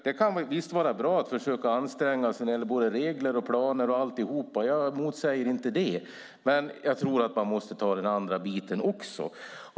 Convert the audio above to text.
Det kan visst vara bra att försöka anstränga sig när det gäller regler och planer och alltihop, jag motsäger inte det. Men jag tror att man måste ta den andra biten också.